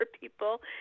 people